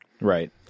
Right